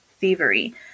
thievery